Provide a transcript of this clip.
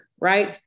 right